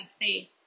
faith